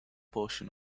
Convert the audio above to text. portion